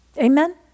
Amen